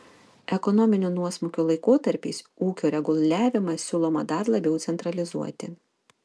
ekonominių nuosmukių laikotarpiais ūkio reguliavimą siūloma dar labiau centralizuoti